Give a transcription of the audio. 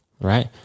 Right